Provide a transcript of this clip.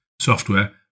software